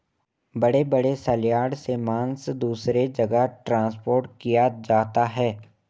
बड़े बड़े सलयार्ड से मांस दूसरे जगह ट्रांसपोर्ट किया जाता है